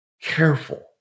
Careful